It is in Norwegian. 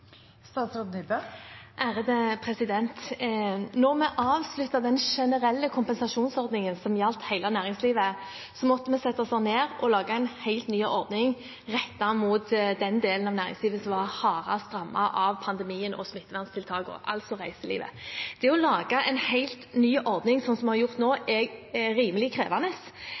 vi avsluttet den generelle kompensasjonsordningen som gjaldt hele næringslivet, måtte vi sette oss ned og lage en helt ny ordning rettet mot den delen av næringslivet som var hardest rammet av pandemien og smittevernstiltakene, altså reiselivet. Det å lage en helt ny ordning, slik vi har gjort nå, er rimelig krevende,